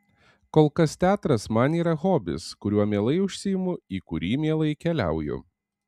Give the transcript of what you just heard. kol kas teatras man yra hobis kuriuo mielai užsiimu į kurį mielai keliauju